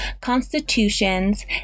constitutions